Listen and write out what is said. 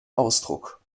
ausdruck